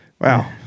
Wow